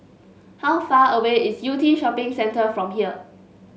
how far away is Yew Tee Shopping Centre from here